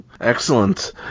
excellent